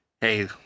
Hey